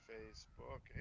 Facebook